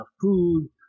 food